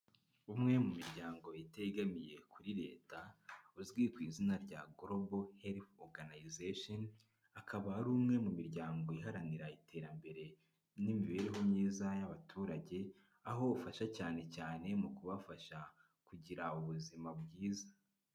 Umwe mu miryango itegamiye kuri Leta, uzwi ku izina rya Global Health Organisation, akaba ari umwe mu miryango iharanira iterambere n'imibereho myiza y'abaturage, aho ufasha cyane cyane mu kubafasha kugira ubuzima bwiza.